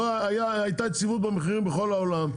הייתה יציבות במחירים בכל העולם.